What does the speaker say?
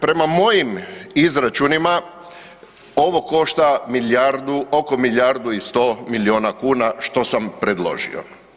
Prema mojim izračunima ovo košta milijardu, oko milijardu i 100 miliona kuna što sam predložio.